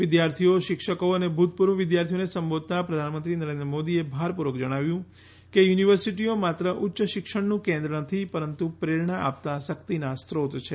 વિદ્યાર્થીઓ શિક્ષકો અને ભૂતપૂર્વ વિદ્યાર્થીઓને સંબોધતા પ્રધાનમંત્રી નરેન્દ્ર મોદીએ ભાર પૂર્વક જણાવ્યું કે યુનિવર્સિટીઓ માત્ર ઉચ્ય શિક્ષણનું કેન્દ્ર નથી પરંતુ પ્રેરણા આપતા શક્તિના સ્રોત છે